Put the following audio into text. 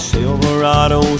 Silverado